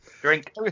Drink